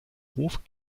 hof